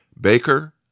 Baker